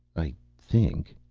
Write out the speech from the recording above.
i think.